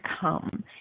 come